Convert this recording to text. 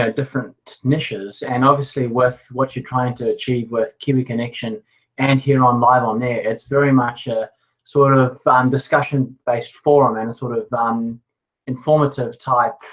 ah different niches. and obviously with what you're trying to achieve with kiwi connexion and here on live on air, it's very much a sort of discussion-based forum, and a sort of um informative type